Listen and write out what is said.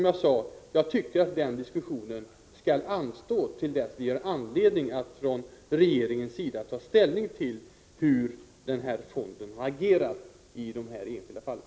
Jag tycker alltså att den diskussionen skall anstå till dess vi från regeringens sida har anledning att ta ställning till hur denna fond har agerat i de enskilda fallen.